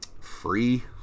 free